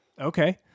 Okay